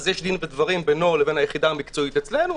יש דין ודברים בינו לבין היחידה המקצועית אצלנו,